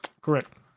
Correct